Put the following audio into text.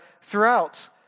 throughout